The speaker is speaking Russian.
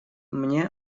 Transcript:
мне